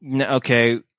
okay